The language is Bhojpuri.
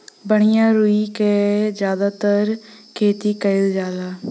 बढ़िया रुई क जादातर खेती कईल जाला